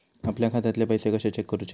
आपल्या खात्यातले पैसे कशे चेक करुचे?